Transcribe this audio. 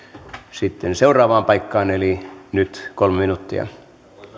sitten seuraavaan paikkaan eli nyt kolme minuuttia arvoisa